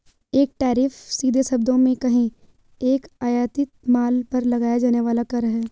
एक टैरिफ, सीधे शब्दों में कहें, एक आयातित माल पर लगाया जाने वाला कर है